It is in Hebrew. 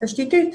תשתיתית,